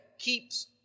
keeps